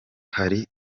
hari